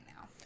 now